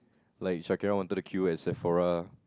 like Shakira wanted to queue at Sephora